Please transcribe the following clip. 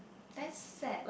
that's sad